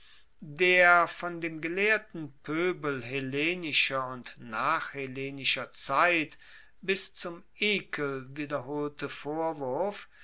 der von dem gelehrten poebel hellenischer und nachhellenischer zeit bis zum ekel wiederholte vorwurf